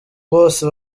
bose